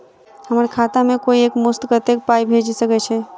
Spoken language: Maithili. हम्मर खाता मे कोइ एक मुस्त कत्तेक पाई भेजि सकय छई?